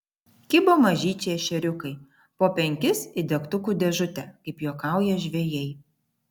kibo mažyčiai ešeriukai po penkis į degtukų dėžutę kaip juokauja žvejai